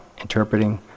interpreting